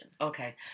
Okay